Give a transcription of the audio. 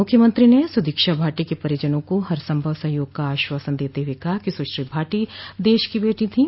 मुख्यमंत्री ने सुदीक्षा भाटी के परिजनों को हर संभव सहयोग का आश्वासन देते हुए कहा कि सुश्री भाटी देश की बेटी थीं